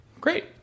Great